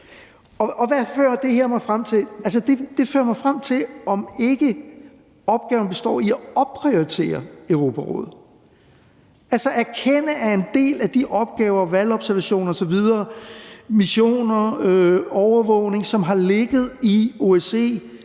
Det fører mig frem til, om ikke opgaven består i at opprioritere Europarådet, altså erkende, at en del af de opgaver, valgobservation osv., missioner, overvågning, som har ligget i OSCE,